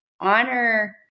honor